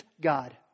God